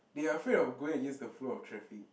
they are afraid of going against the flow of traffic